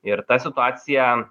ir ta situacija